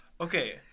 Okay